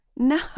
No